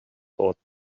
thoughts